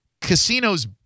Casino's